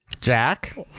Jack